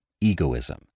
egoism